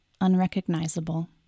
unrecognizable